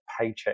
paycheck